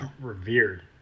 revered